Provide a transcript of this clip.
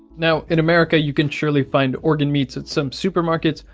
now in america you can surely find organ meats at some supermarkets,